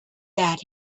that